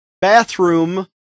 bathroom